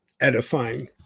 edifying